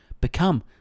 become